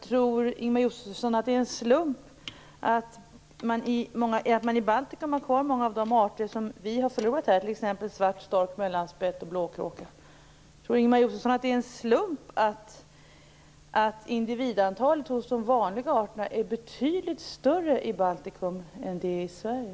Tror Ingemar Josefsson att det är en slump att man i Baltikum har kvar många av de arter som vi här har förlorat, t.ex. svart stork, mellanspett och blåkråka? Tror Ingemar Josefsson att det är en slump att individantalet hos de vanliga arterna är betydligt större i Baltikum än i Sverige?